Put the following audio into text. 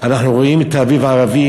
אנחנו רואים את האביב הערבי,